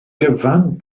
gyfan